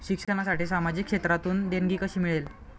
शिक्षणासाठी सामाजिक क्षेत्रातून देणगी कशी मिळेल?